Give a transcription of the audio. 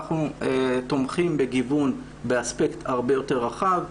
אנחנו תומכים בגיוון באספקט הרבה יותר רחב,